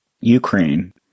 Ukraine